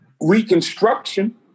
Reconstruction